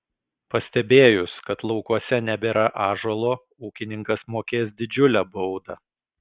pastebėjus kad laukuose nebėra ąžuolo ūkininkas mokės didžiulę baudą